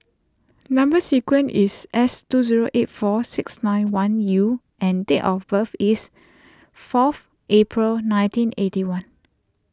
Number Sequence is S two zero eight four six nine one U and date of birth is forth April nineteen eighty one